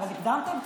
אבל הקדמתם,